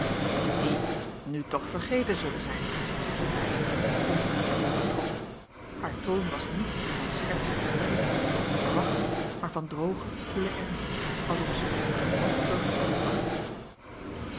die nu toch vergeten zullen zijn viel hij in onaangenaam getroffen haar toon was niet die van schertsend verwijt a l g bosboom-toussaint langs een omweg zooals hij verwachtte maar van drogen koelen ernst alsof zij er zich ng door gekwetst achtte